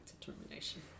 determination